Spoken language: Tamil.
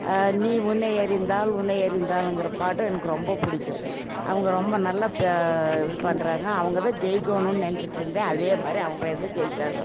நீ உன்னை அறிந்தால் உன்னை அறிந்தாலுங்கிற பாட்டு எனக்கு ரொம்ப பிடிக்கும் அவங்க ரொம்ப நல்லா இது பண்ணுறாங்க அவங்க தான் ஜெயிக்கணும்னு நெனைச்சிட்டு இருந்தேன் அதே மாதிரி அவங்கள் தான் ஜெயித்தாங்க